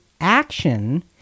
action